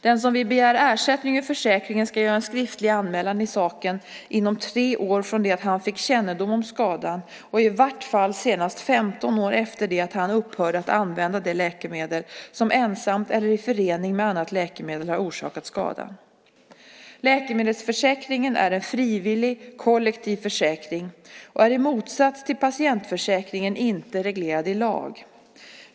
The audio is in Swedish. Den som vill begära ersättning ur försäkringen ska göra en skriftlig anmälan i saken inom tre år från det att han fick kännedom om skadan och i vart fall senast 15 år efter det att han upphörde att använda det läkemedel som ensamt eller i förening med annat läkemedel har orsakat skadan. Läkemedelsförsäkringen är en frivillig, kollektiv försäkring och är i motsats till patientförsäkringen inte reglerad i lag.